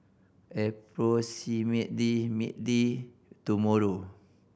approximately tomorrow